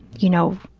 you know,